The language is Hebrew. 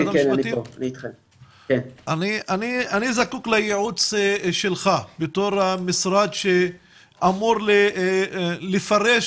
אני זקוק לייעוץ שלך בתור המשרד שאמור לפרש